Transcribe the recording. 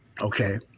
Okay